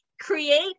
create